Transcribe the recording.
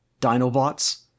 Dinobots